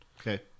Okay